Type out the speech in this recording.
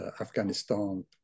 Afghanistan